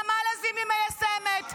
נעמה לזימי מיישמת,